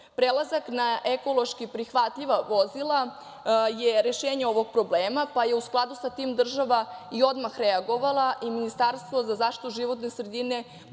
Prelazak na ekološki prihvatljiva vozila je rešenje ovog problema, pa je u skladu sa tim država i odmah reagovala i Ministarstvo za zaštitu životne sredine